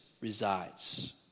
resides